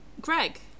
Greg